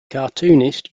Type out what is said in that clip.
cartoonist